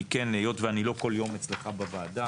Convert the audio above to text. היות ואני לא כל יום אצלך בוועדה,